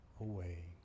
away